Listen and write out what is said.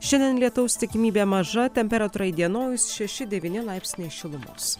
šiandien lietaus tikimybė maža temperatūra įdienojus šeši devyni laipsniai šilumos